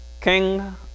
King